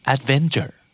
Adventure